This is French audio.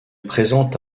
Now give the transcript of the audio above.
présente